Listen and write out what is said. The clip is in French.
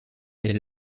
est